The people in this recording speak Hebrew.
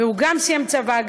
והוא גם סיים צבא,